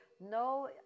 no